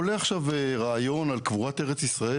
עולה עכשיו רעיון על קבורת ארץ ישראל,